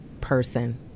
person